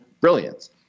brilliance